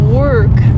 work